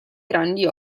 grandi